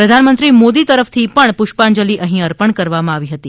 પ્રધાનમંત્રી મોદી તરફ થી પણ પુષ્પાંજલિ અહી અર્પણ કરવામાં આવી હતી